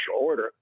order